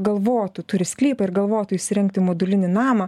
galvotų turi sklypą ir galvotų įsirengti modulinį namą